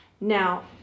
Now